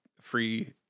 free